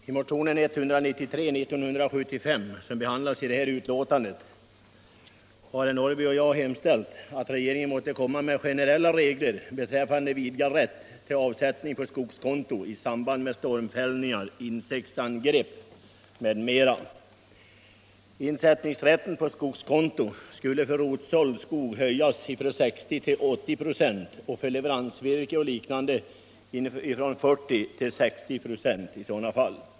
I motionen 1975:193 som behandlas i förevarande betänkande har herr Norrby och jag hemställt att regeringen framlägger förslag till generella regler beträffande vidgad rätt till insättning på skogskonto i samband med stormfällningar, insektsangrepp m.m. Insättningsrätten på skogskonto skulle för rotsåld skog höjas från 60 till 80 926 och för leveransvirke och liknande från 40 till 60 96 i sådana fall.